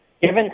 given